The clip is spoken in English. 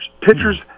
pitchers